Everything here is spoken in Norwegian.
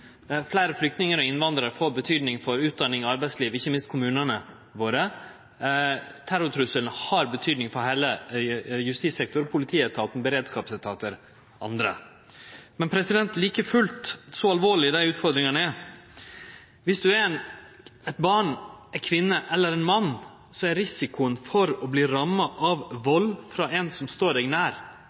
Fleire flyktningar og innvandrarar får betydning for utdanning og arbeidslivet, ikkje minst for kommunane våre. Terrortrusselen har betydning for heile justissektoren, politietaten, beredskapsetatar og andre. Like fullt, endå så alvorlege dei utfordringane er: Anten du er eit barn, ei kvinne eller ein mann, er risikoen for å verte ramma av vald frå ein som står deg nær,